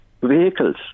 vehicles